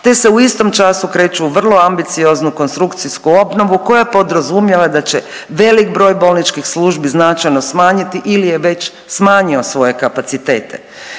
te se u istom času kreću u vrlo ambicioznu konstrukcijsku obnovu koja podrazumijeva da će velik broj bolničkih službi značajno smanjiti ili je već smanjio svoje kapacitete.